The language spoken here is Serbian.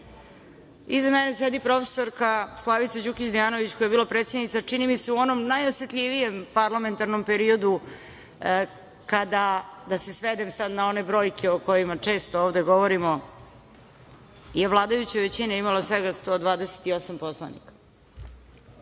Iza mene sedi profesorka Slavica Đukić Dejanović, koja je bila predsednica, čini mi se, u onom najosetljivijem parlamentarnom periodu kada je, da se svedem sada na one brojke o kojima često ovde govorimo, vladajuća većina imala svega 128 poslanika.